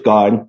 God